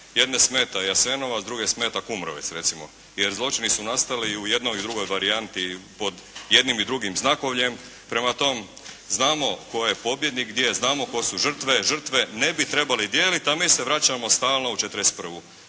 Jedne smeta Jasenovac, druge smeta Kumrovec recimo. Jer zločini su nastali i u jednoj i u drugoj varijanti pod jednim i drugim znakovljem. Prema tom znamo tko je pobjednik gdje, znamo tko su žrtve. Žrtve ne bi trebali dijeliti. A mi se vraćamo stalno u 1941.